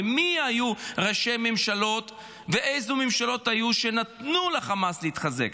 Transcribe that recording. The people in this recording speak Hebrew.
ומי היו ראשי הממשלות ואילו ממשלות היו שנתנו לחמאס להתחזק.